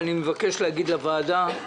אני מבקש להגיד לוועדה,